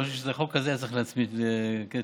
אני חושב שאת החוק הזה היה צריך להצמיד לזה של קטי,